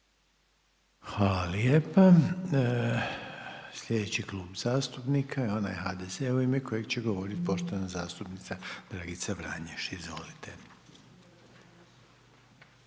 Hvala lijepa. Slijedeći Klub zastupnika onaj HNS-a u ime kojeg će govoriti poštovani zastupnik Stjepan Čuraj. **Čuraj,